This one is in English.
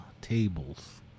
tables